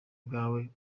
bwawe